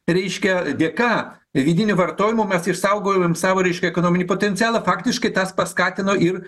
reiškia dėka vidiniu vartojimu mes išsaugojom savo reiškia ekonominį potencialą faktiškai tas paskatino ir